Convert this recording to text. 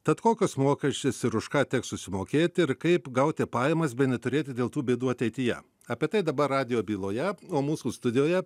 tad kokius mokesčius ir už ką teks susimokėti ir kaip gauti pajamas bei neturėti dėl tų bėdų ateityje apie tai dabar radijo byloje o mūsų studijoje